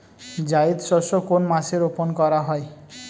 জায়িদ শস্য কোন মাসে রোপণ করা হয়?